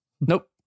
nope